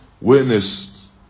witnessed